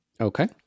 Okay